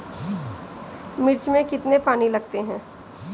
मिर्च में कितने पानी लगते हैं?